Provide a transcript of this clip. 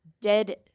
dead